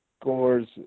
scores